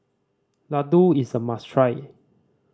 ladoo is a must try